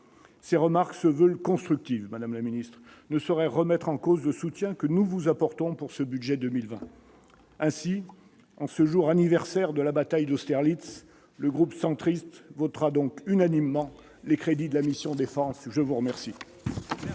Ces remarques se veulent constructives, madame la ministre. Elles ne sauraient remettre en cause le soutien que nous vous apportons sur ce budget pour 2020. Ainsi, en ce jour anniversaire de la bataille d'Austerlitz, le groupe Union Centriste votera unanimement les crédits de la mission « Défense ». La parole